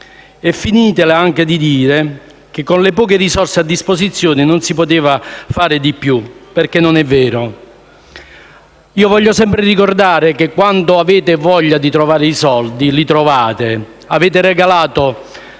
Finitela anche di dire che con le poche risorse a disposizione non si poteva fare di più, perché non è vero. Voglio ricordare che, quando avete voglia di trovare i soldi, li trovate. Avete regalato,